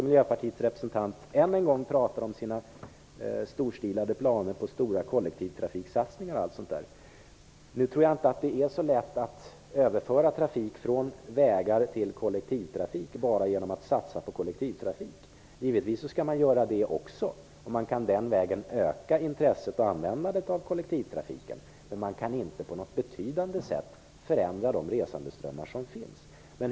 Miljöpartiets representant kanske då än en gång tar upp sina storstilade planer på stora kollektivtrafiksatsningar etc. Nu tror jag inte att det är så lätt att överföra trafik från vägar till kollektivtrafik bara genom att satsa på kollektivtrafik. Givetvis skall man göra det också. På så sätt kan man öka intresset för och användandet av kollektivtrafiken. Men man kan inte på något betydande sätt förändra de resandeströmmar som finns.